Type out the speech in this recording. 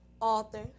author